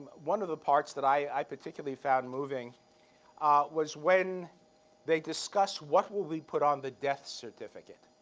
one of the parts that i particularly found moving was when they discuss what will be put on the death certificate.